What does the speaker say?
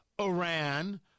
Iran